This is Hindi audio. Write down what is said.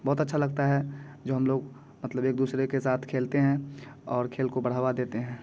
बहुत अच्छा लगता है जो हम लोग मतलब एक दूसरे के साथ खेलते हैं और खेल को बढ़ावा देते हैं